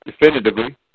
definitively